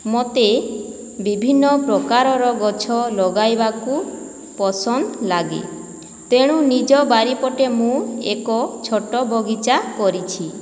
ମୋତେ ବିଭିନ୍ନ ପ୍ରକାରର ଗଛ ଲଗାଇବାକୁ ପସନ୍ଦ ଲାଗେ ତେଣୁ ନିଜ ବାରି ପଟେ ମୁଁ ଏକ ଛୋଟ ବଗିଚା କରିଛି